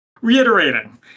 Reiterating